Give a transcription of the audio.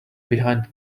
behind